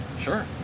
Sure